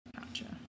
Gotcha